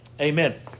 Amen